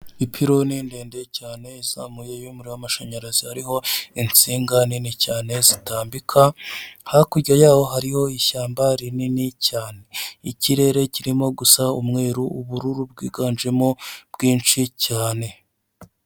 Ipiloni ndende cyane izamuye y'umuriro w'amashanyarazi hariho insinga nini cyane zitambika, hakurya yaho hariho ishyamba rinini cyane. Ikirere kirimo gusa umweru ubururu bwiganjemo bwinshi cyane.